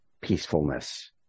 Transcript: peacefulness